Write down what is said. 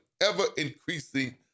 ever-increasing